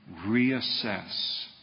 reassess